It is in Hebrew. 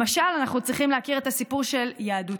למשל, אנחנו צריכים להכיר את הסיפור של יהדות